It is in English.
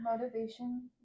motivation